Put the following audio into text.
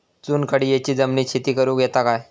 चुनखडीयेच्या जमिनीत शेती करुक येता काय?